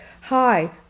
Hi